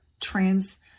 trans